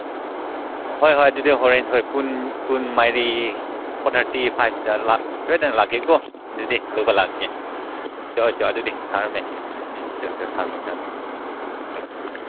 ꯍꯣꯏ ꯍꯣꯏ ꯑꯗꯨꯗꯤ ꯍꯣꯔꯦꯟ ꯍꯣꯏ ꯄꯨꯡ ꯄꯨꯡ ꯃꯔꯤ ꯐꯣꯔ ꯊꯥꯔꯇꯤ ꯐꯥꯏꯚꯇ ꯁꯣꯏꯗꯅ ꯂꯥꯛꯛꯦꯀꯣ ꯑꯗꯨꯗꯤ ꯂꯧꯕ ꯂꯥꯛꯀꯦ ꯆꯣ ꯆꯣ ꯑꯗꯨꯗꯤ ꯊꯝꯃꯦ ꯎꯝ ꯆꯣ ꯆꯣ ꯊꯝꯃꯦ ꯊꯝꯃꯦ ꯆꯣ